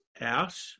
out